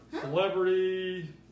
Celebrity